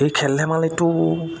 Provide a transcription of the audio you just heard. এই খেল ধেমালিটো